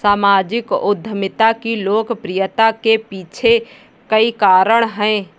सामाजिक उद्यमिता की लोकप्रियता के पीछे कई कारण है